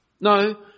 No